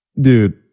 dude